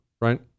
right